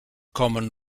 common